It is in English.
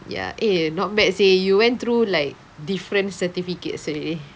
ya eh not bad seh you went through like different certificates seh